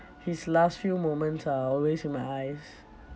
his last few moments are always in my eyes